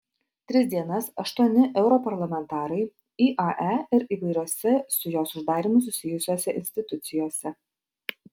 tris dienas aštuoni europarlamentarai iae ir įvairiose su jos uždarymu susijusiose institucijose